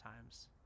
times